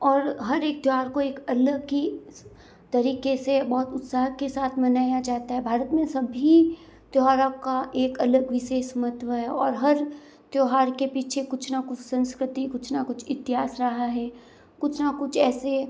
और हर एक त्योहार को एक अलग ही तरीके से बहुत उत्साह के साथ मनाया जाता है भारत में सभी त्योहारों का एक अलग विशेष महत्व है और हर त्योहार के पीछे कुछ न कुछ संस्कृति कुछ न कुछ इतिहास रहा है कुछ न कुछ ऐसे